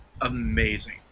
amazing